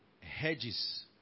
hedges